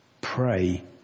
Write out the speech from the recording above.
pray